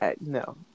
No